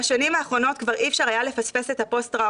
בשנים האחרונות כבר אי אפשר היה לפספס את הפוסט-טראומה,